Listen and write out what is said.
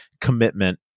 commitment